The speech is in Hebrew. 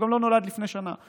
הוא גם לא נולד לפני שנה,